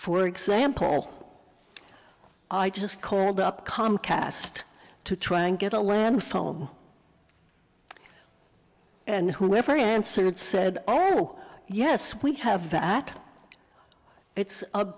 for example i just called up comcast to try and get a land foam and whoever answered it said oh yes we have that it's